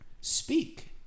speak